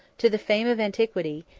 to the fame of antiquity,